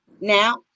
Now